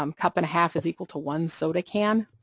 um cup and a half is equal to one soda can,